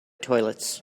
toilets